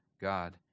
God